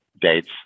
dates